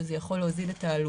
שזה יכול להוזיל את העלות,